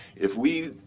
if we,